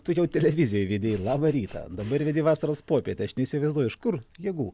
tu jau televizijoj vedei labą rytą dabar vedi vasaros puopietę aš neįsivaizduoju iš kur jėgų